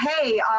Hey